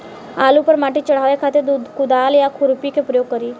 आलू पर माटी चढ़ावे खातिर कुदाल या खुरपी के प्रयोग करी?